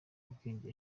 bwenge